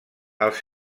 els